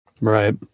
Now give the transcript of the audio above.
Right